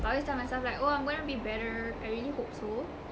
I always tell myself like oh I'm going to be better I really hope so